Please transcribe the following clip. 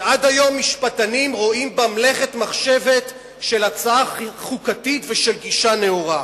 שעד היום משפטנים רואים בה מלאכת מחשבת של הצעה חוקתית ושל גישה נאורה.